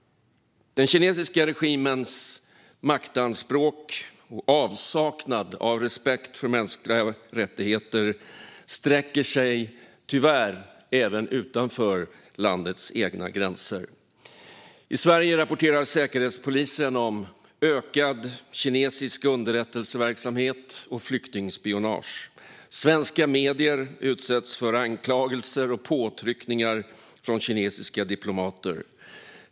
Den kinesiska regimens maktanspråk och avsaknad av respekt för mänskliga rättigheter sträcker sig tyvärr även utanför det egna landets gränser. I Sverige rapporterar Säkerhetspolisen om ökad kinesisk underrättelseverksamhet och flyktingspionage. Svenska medier utsätts för anklagelser och påtryckningar från kinesiska diplomater.